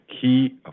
key